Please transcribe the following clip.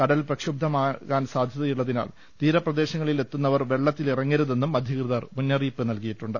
കടൽ പ്രക്ഷുബ്ധമാകാൻ സാധ്യതയുളളതിനാൽ തീരപ്രദേശ ങ്ങളിലെത്തുന്നവർ വെളളത്തിലിറങ്ങരുതെന്നും അധി കൃതർ മുന്നറിയിപ്പ് നൽകിയിട്ടുണ്ട്